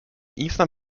eastern